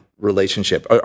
relationship